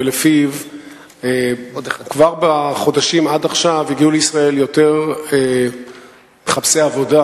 ולפיו כבר בחודשים עד עכשיו הגיעו לישראל יותר מחפשי עבודה,